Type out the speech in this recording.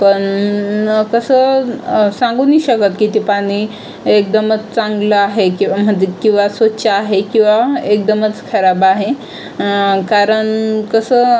पण कसं सांगू नाही शकत की ते पाणी एकदमच चांगलं आहे किंवा द किंवा स्वच्छ आहे किंवा एकदमच खराब आहे कारण कसं